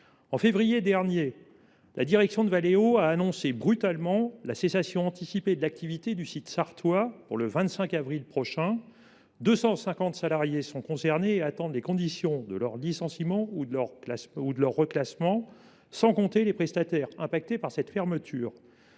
En février dernier, la direction de Valeo a brutalement annoncé la cessation anticipée de l’activité du site sarthois d’ici au 25 avril prochain. Quelque 250 salariés sont concernés et attendent les conditions de leur licenciement ou de leur reclassement, sans compter les prestataires affectés par cette fermeture.